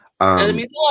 Enemies